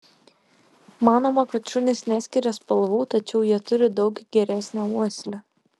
manoma kad šunys neskiria spalvų tačiau jie turi daug geresnę uoslę